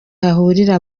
hahurira